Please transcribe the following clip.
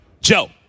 Joe